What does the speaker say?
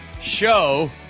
show